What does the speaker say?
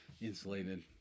insulated